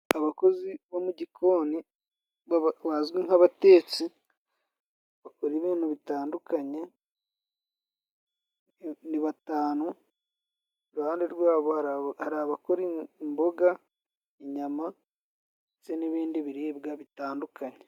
Abakozi bo mu igikoni bazwi nk'abatetsi bakora ibintu bitandukanye ni batanu. Iruhande rwabo hari abakora imboga, inyama ndetse n'ibindi biribwa bitandukanye.